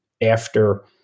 after-